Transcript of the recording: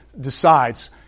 decides